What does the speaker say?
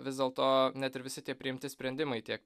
vis dėlto net ir visi tie priimti sprendimai tiek